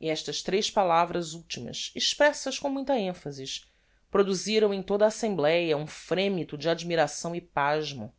e estas tres palavras ultimas expressas com muita emphasis produziram em toda a assembléa um fremito de admiração e pasmo